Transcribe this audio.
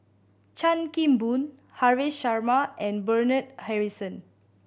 Chan Kim Boon Haresh Sharma and Bernard Harrison